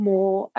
More